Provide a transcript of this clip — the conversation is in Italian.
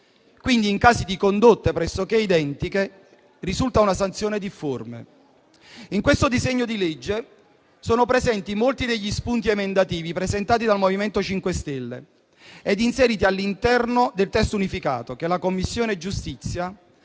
Quindi, in caso di condotte pressoché identiche, risulta una sanzione difforme. Nel disegno di legge in oggetto sono presenti molti degli spunti emendativi presentati dal MoVimento 5 Stelle, inseriti all'interno del testo unificato che la Commissione giustizia